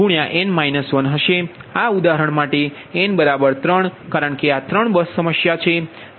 તેથી આ ઉદાહરણ માટે n 3 કારણ કે આ 3 બસ સમસ્યા છે